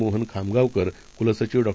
मोहन खामगांवकर क्लसचिव डॉ